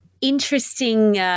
interesting